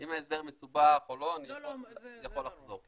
אם ההסבר מסובך אני יכול לחזור.